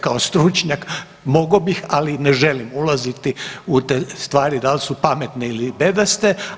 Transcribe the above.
Kao stručnjak mogao bih, ali ne želim ulaziti u te stvari da li su pametne ili bedaste.